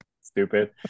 Stupid